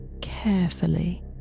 carefully